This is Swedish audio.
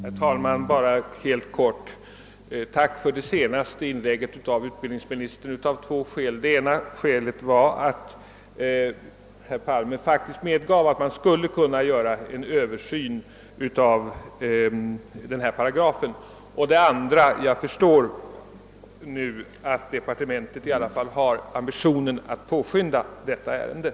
Herr talman! Bara några få ord. Jag vill tacka för det senaste inlägget av utbildningsministern av två skäl. Det ena är att herr Palme faktiskt medgav att man skulle kunna göra en översyn av den aktuella paragrafen. Det andra är att jag nu förstår att departementet i alla fall har ambitionen att påskynda det aktuella ärendet.